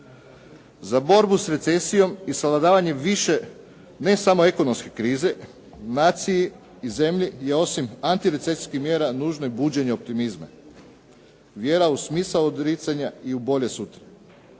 Za borbu s recesijom i savladavanje više ne samo ekonomske krize naciji i zemlji je osim antirecesijskih mjera nužno i buđenje optimizma. Vjera u smisao odricanja i u bolje sutra.